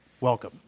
welcome